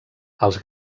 els